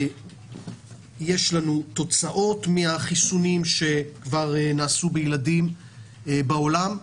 יש לנו תוצאות מהחיסונים שנעשו בילדים בעולם.